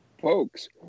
folks